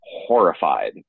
horrified